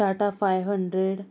Tata five hundred